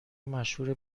مشهور